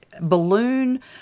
Balloon